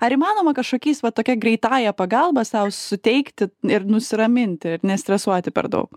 ar įmanoma kažkokiais va tokia greitąja pagalba sau suteikti ir nusiraminti ir nestresuoti per daug